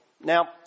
Now